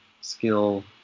skill